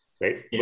right